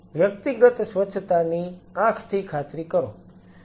વ્યક્તિગત સ્વચ્છતાની આંખથી ખાતરી કરો